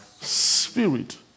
spirit